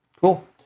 cool